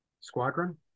squadron